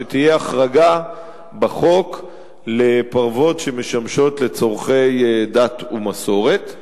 שתהיה החרגה בחוק לפרוות שמשמשות לצורכי דת ומסורת.